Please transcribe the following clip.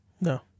No